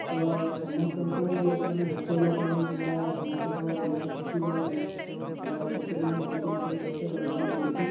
ତ ସମସ୍ତଙ୍କୁ ମାନେ ହସେଇବା ପାଇଁ କିମ୍ବା ସମସ୍ତଙ୍କ ମନରେ ଖୁସି ଦେବା ପାଇଁ ତ ସେଥିପାଇଁ ନିଜକୁ ବହୁତ କଷ୍ଟ କରିବାକୁ ପଡ଼ିଛି